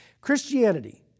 Christianity